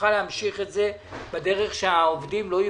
שנוכל להמשיך את זה בדרך שהעובדים לא יפוטרו,